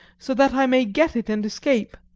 so that i may get it and escape.